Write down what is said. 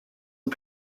are